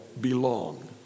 belong